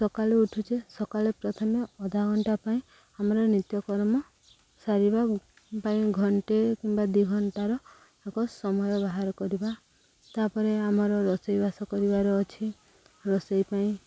ସକାଳୁ ଉଠୁଛେ ସକାଳେ ପ୍ରଥମେ ଅଧା ଘଣ୍ଟା ପାଇଁ ଆମର ନିତ୍ୟକର୍ମ ସାରିବା ପାଇଁ ଘଣ୍ଟେ କିମ୍ବା ଦୁଇ ଘଣ୍ଟାର ଏକ ସମୟ ବାହାର କରିବା ତା'ପରେ ଆମର ରୋଷେଇବାସ କରିବାର ଅଛି ରୋଷେଇ ପାଇଁ